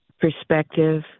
perspective